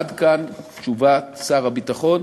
עד כאן תשובת שר הביטחון.